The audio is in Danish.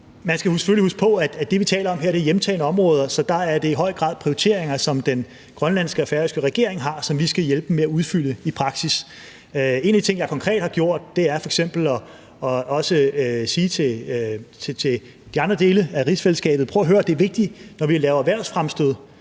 huske på, at det, vi taler om her, er hjemtagne områder, så der er det i høj grad prioriteringer, som den grønlandske og den færøske regering har, og som vi skal hjælpe dem med at indfri i praksis. En af de ting, jeg konkret har gjort, er f.eks. at sige til de andre dele af rigsfællesskabet: Prøv at høre, det er vigtigt, når vi laver erhvervsfremstød,